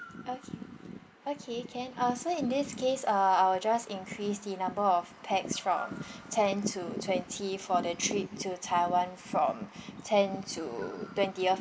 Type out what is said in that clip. okay okay can uh so in this case uh I will just increase the number of pax from ten to twenty for the trip to taiwan from ten to twentieth